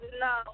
No